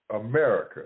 America